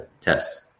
tests